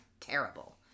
terrible